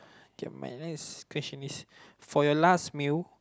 K my next question is for your last meal